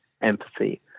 empathy